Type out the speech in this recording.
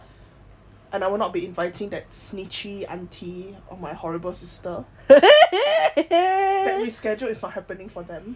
and I will not be inviting that snitchy aunty or my horrible sister and rescheduled it's not happening for them